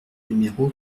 numéro